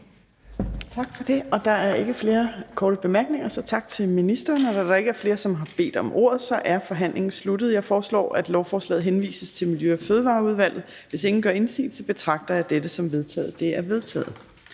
Tak for det. Der er ikke flere korte bemærkninger, så tak til ministeren. Da der ikke er flere, som har bedt om ordet, er forhandlingen sluttet. Jeg foreslår, at lovforslaget henvises til Miljø- og Fødevareudvalget. Hvis ingen gør indsigelse, betragter jeg dette som vedtaget. Det er vedtaget.